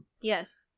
Yes